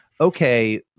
okay